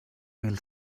mil